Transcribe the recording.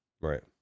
Right